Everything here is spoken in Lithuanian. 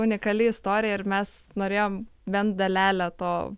unikali istorija ir mes norėjom bent dalelę to